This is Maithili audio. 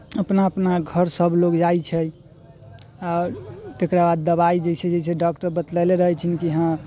अपना अपना घर सभलोग जाइत छै आओर तकरा बाद दबाइ जैसे जैसे डॉक्टर बतलेने रहैत छै कि हँ